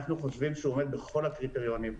אנחנו חושבים שהוא עומד בכל הקריטריונים.